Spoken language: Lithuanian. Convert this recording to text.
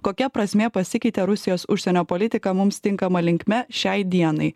kokia prasmė pasikeitė rusijos užsienio politika mums tinkama linkme šiai dienai